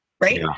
right